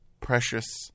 precious